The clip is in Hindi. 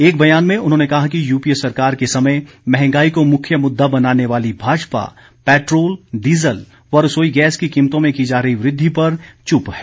एक बयान में उन्होंने कहा कि यूपीए सरकार के समय महंगाई को मुख्य मुद्दा बनाने वाली भाजपा पैट्रोल डीजल व रसोई गैस की कीमतों में की जा रही वृद्धि पर चुप है